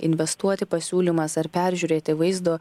investuoti pasiūlymas ar peržiūrėti vaizdo